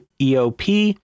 EOP